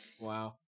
Wow